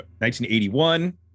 1981